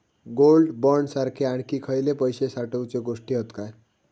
Gold bond सारखे आणखी खयले पैशे साठवूचे गोष्टी हत काय?